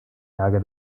lage